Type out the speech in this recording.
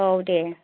औ दे